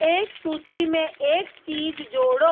एक सूची में एक चीज़ जोड़ो